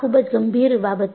આ ખૂબ જ ગંભીર બાબત છે